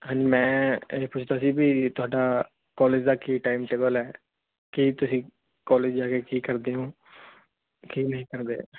ਹਨ ਮੈਂ ਪੁਛਤਾ ਸੀ ਵੀ ਤੁਹਾਡਾ ਕਾਲਜ ਦਾ ਕੀ ਟਾਈਮ ਟੇਬਲ ਹੈ ਕਿ ਤੁਸੀਂ ਕਾਲਜ ਜਾ ਕੇ ਕੀ ਕਰਦੇ ਹੋ ਕਿ ਨਹੀਂ ਕਰਦੇ